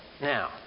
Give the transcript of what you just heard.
Now